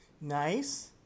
Nice